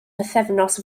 bythefnos